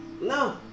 No